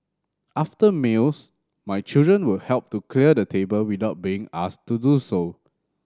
after meals my children will help to clear the table without being asked to do so